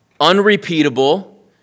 unrepeatable